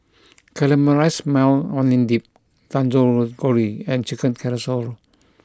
Caramelized Maui Onion Dip Dangojiru and Chicken Carrousel